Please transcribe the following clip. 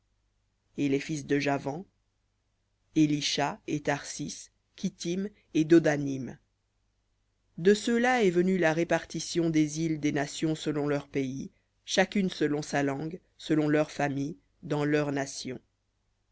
et les fils de javan élisha et tarsis kittim et daim de ceux-là est venue la répartition des îles des nations selon leurs pays chacune selon sa langue selon leurs familles dans leurs nations